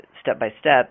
step-by-step